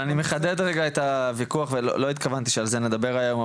אני מחדד רגע את הוויכוח ולא התכוונתי שעל זה נדבר היום,